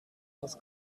was